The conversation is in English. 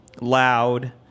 loud